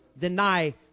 deny